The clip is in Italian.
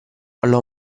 l’ho